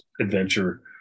adventure